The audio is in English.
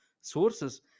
sources